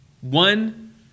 One